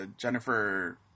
Jennifer